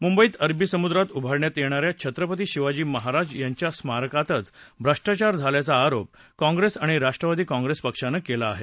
मुंबईत अरबी समुद्रात उभारण्यात येणाऱ्या छत्रपती शिवाजी महाराज यांच्या स्मारकातच भ्रष्टाचार झाल्याचा आरोप काँग्रेस आणि राष्ट्रवादी काँप्रेस पक्षानं केला आहे